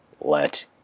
let